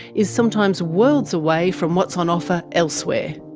is sometimes worlds away from what's on offer elsewhere.